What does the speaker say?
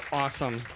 awesome